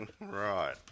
Right